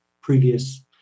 previous